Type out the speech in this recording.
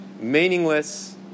meaningless